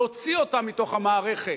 להוציא אותם מתוך המערכת,